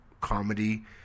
comedy